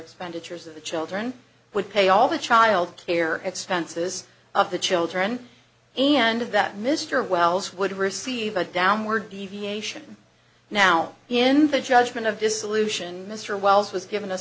expenditures that the children would pay all the child care expenses of the children and that mr wells would receive a downward deviation now in the judgment of dissolution mr wells was given a